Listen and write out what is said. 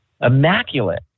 immaculate